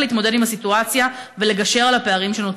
להתמודד עם הסיטואציה ולגשר על הפערים שנוצרו.